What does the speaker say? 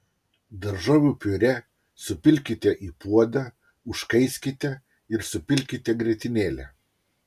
daržovių piurė supilkite į puodą užkaiskite ir supilkite grietinėlę